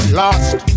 lost